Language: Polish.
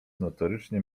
notorycznie